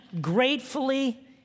gratefully